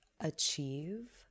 achieve